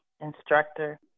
instructor